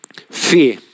fear